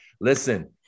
listen